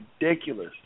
ridiculous